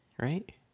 right